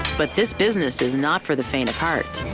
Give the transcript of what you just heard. but this business is not for the faint of heart.